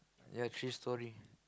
ya three storey